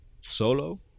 Solo